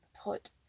put